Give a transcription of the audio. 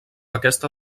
aquesta